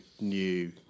new